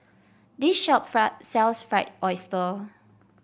this shop fry sells Fried Oyster